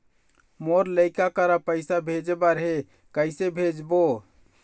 मोर लइका करा पैसा भेजें बर हे, कइसे भेजबो?